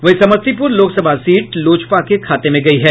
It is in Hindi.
वहीं समस्तीपुर लोकसभा सीट लोजपा के खाते में गयी है